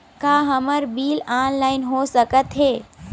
का हमर bill online हो सकत हे?